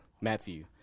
Matthew